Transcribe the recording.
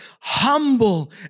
Humble